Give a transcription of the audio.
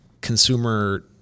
consumer